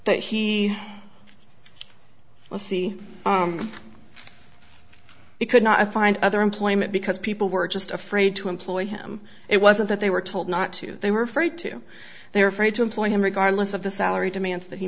that he will see he could not find other employment because people were just afraid to employ him it wasn't that they were told not to they were afraid to they're afraid to employ him regardless of the salary demands that he